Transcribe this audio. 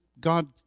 God